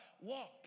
walk